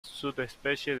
subespecie